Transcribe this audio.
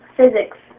Physics